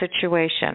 situation